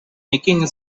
nicking